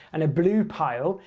and a blue pile,